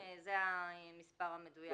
זה המספר המדויק.